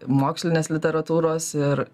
mokslinės literatūros ir